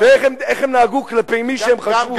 ואיך הם נהגו כלפי מי שהם חשבו,